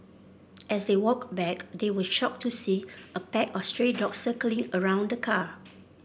as they walked back they were shocked to see a pack of stray dogs circling around the car